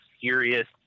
serious